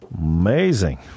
Amazing